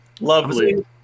Lovely